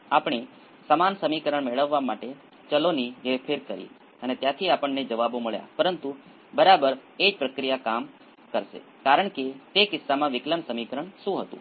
by L C કરતાં ઘણી ઓછી છે ખરેખર ઓછી ફ્રિક્વન્સી છે તે એક શું છે